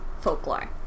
folklore